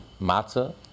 matzah